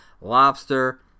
lobster